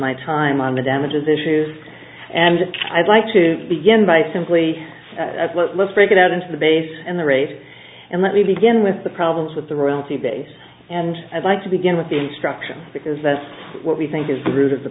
my time on the damages issues and i'd like to begin by simply let's break it out into the base and the race and let me begin with the problems with the royalty days and i'd like to begin with the instruction because that's what we think is the root of the